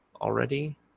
already